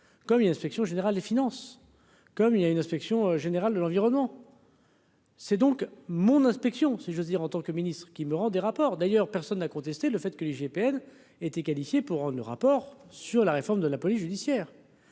comme il l'Inspection générale des finances, comme il y a une inspection générale de l'environnement. C'est donc mon inspection, si j'ose dire, en tant que ministre-qui me rend des rapports d'ailleurs personne n'a contesté le fait que l'IGPN était qualifiés pour on ne rapport sur la réforme de la police judiciaire,